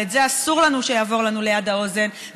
וזה אסור לנו שיעבור לנו ליד האוזן,